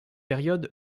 période